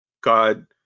God